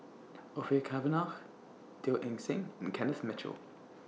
Orfeur Cavenagh Teo Eng Seng and Kenneth Mitchell